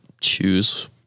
choose